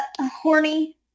horny